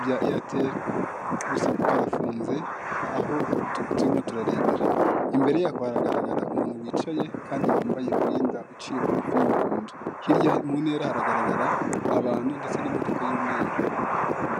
bya eyateli, gusa ko karafunzem aho turimo turarebera. Imbere yako haragaragara umuntu wicaye kandi wambaye umwenda uciye bugufi, y'umuhondo. Hirya mu ntera haragaragara abantu ndetse n'imodoka y'umweru.